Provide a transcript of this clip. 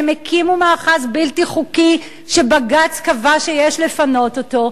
הם הקימו מאחז בלתי חוקי שבג"ץ קבע שיש לפנות אותו,